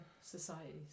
societies